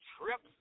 trips